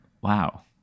Wow